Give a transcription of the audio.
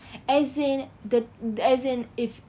as in the the as in if